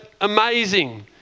amazing